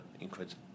incredible